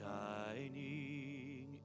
Shining